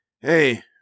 Hey